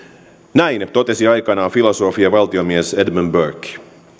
näin totesi aikanaan filosofi ja valtiomies edmund burke